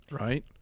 Right